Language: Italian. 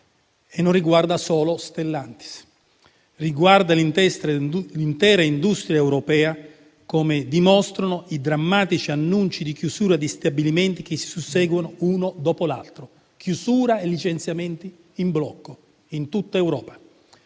l'Italia, né solo Stellantis, ma coinvolge l'intera industria europea, come dimostrano i drammatici annunci di chiusura di stabilimenti che si susseguono uno dopo l'altro, con conseguenti licenziamenti in blocco in tutta Europa.